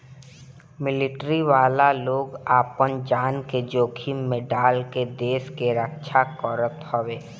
military वाला लोग आपन जान के जोखिम में डाल के देस के रक्षा करत हवे